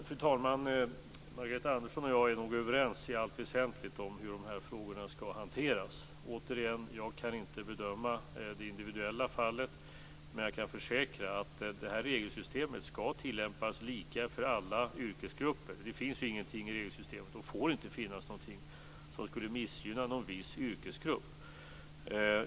Fru talman! Margareta Andersson och jag är nog överens i allt väsentligt om hur de här frågorna skall hanteras. Återigen, jag kan inte bedöma det individuella fallet. Men jag kan försäkra att regelsystemet skall tillämpas lika för alla yrkesgrupper. Det finns ingenting i regelsystemet, och får inte finnas någonting, som missgynnar en viss yrkesgrupp.